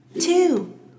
two